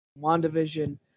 Wandavision